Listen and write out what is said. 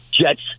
Jets